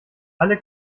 alle